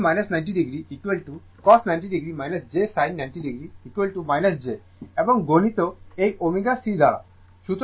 angle 90 o cos 90 o j sin 90 o j এবং গুণিত এই ω C দ্বারা